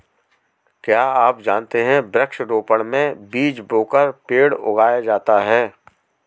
क्या आप जानते है वृक्ष रोपड़ में बीज बोकर पेड़ उगाया जाता है